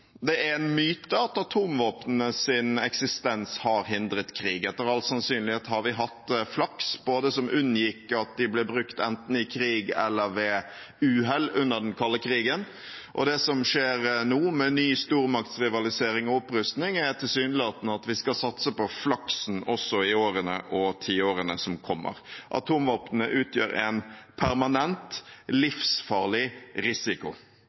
Det er en myte at atomvåpnenes eksistens har hindret krig. Etter all sannsynlighet har vi hatt flaks som unngikk at de ble brukt enten i krig eller ved uhell under den kalde krigen. Det som skjer nå, med ny stormaktsrivalisering og opprustning, er tilsynelatende at vi skal satse på flaksen også i årene og tiårene som kommer. Atomvåpnene utgjør en permanent livsfarlig risiko.